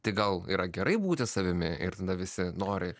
tai gal yra gerai būti savimi ir visi nori